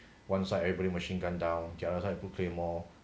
one side everybody machine gunned down the other side put claymore